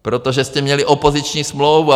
Protože jste měli opoziční smlouvu!